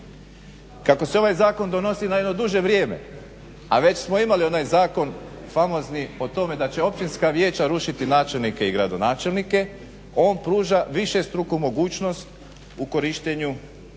Kako se ovaj zakon donosi na neko duže vrijeme, a već smo imali onaj zakon famozni da će Općinska vijeća rušiti načelnike i gradonačelnike on pruža višestruku mogućnost u korištenju ovih